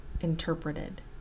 interpreted